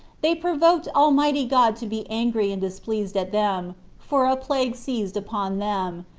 they provoked almighty god to be angry and displeased at them, for a plague seized upon them,